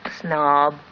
Snob